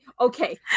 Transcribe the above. Okay